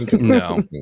No